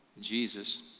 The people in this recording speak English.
Jesus